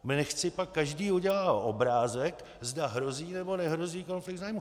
Nechť si pak každý udělá obrázek, zda hrozí, nebo nehrozí konflikt zájmů.